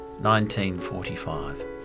1945